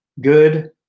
good